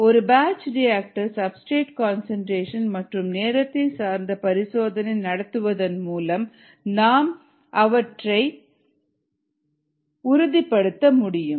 ஒரு பேட்ச் ரிக்டரில் substrate concentration மற்றும் நேரத்தை சார்ந்த பரிசோதனை நடத்துவதன் மூலம் நாம் அவற்றை உறுதிப்படுத்த முடியும்